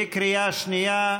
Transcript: בקריאה שנייה.